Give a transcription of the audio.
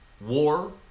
war